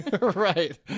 right